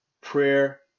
Prayer